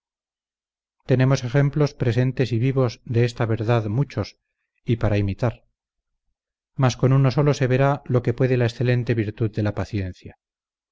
tenemos ejemplos presentes y vivos de esta verdad muchos y para imitar mas con uno solo se verá lo que puede la excelente virtud de la paciencia